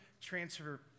transfer